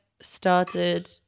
started